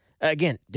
again